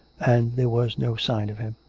and there was no sign of him.